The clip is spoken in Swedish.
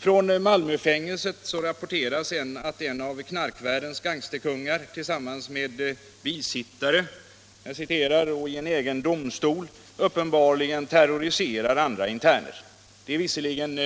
Från Malmöfängelset rapporteras att en av knarkvärldens gangsterkungar tillsammans med ”bisittare” i en egen ”domstol” uppenbarligen terroriserar andra interner. Uppgifterna har visserligen